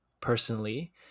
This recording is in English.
personally